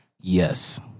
Yes